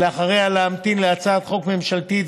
ואחריה להמתין להצעת חוק ממשלתית